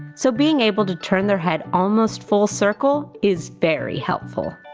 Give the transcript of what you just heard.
so being able to turn their head almost full circle is very helpful!